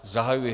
Zahajuji...